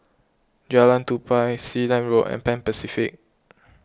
Jalan Tupai Sealand Road and Pan Pacific